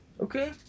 Okay